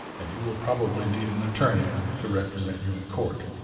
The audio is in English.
and you will probably need an attorney to represent you in court.